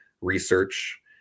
research